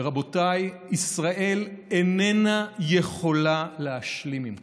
רבותיי, ישראל איננה יכולה להשלים עם כך.